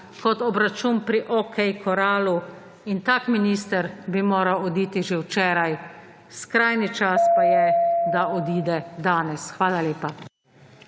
kot obračun pri O. K. Corralu, in tak minister bi moral oditi že včeraj. Skrajni čas pa je, da odide danes. Hvala lepa.